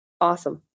Awesome